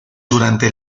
durante